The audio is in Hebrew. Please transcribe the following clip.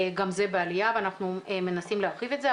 גם זה בעלייה ואנחנו מנסים להרחיב את זה.